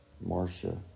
Marcia